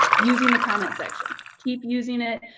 using the comment section. keep using it.